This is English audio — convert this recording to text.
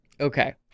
Okay